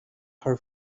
her